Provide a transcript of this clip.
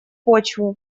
почву